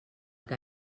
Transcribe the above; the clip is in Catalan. que